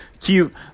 cute